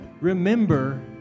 Remember